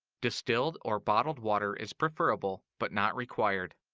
distilled or bottled water is preferable but not required.